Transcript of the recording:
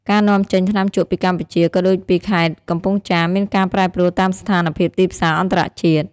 ការនាំចេញថ្នាំជក់ពីកម្ពុជា ក៏ដូចពីខេត្តកំពង់ចាម មានការប្រែប្រួលតាមស្ថានភាពទីផ្សារអន្តរជាតិ។